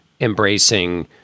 embracing